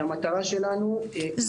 המטרה שלנו היא ---.